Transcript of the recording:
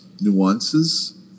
nuances